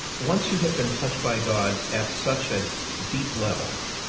once you have been touched by god at such a deep level,